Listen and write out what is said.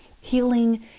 healing